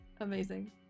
Amazing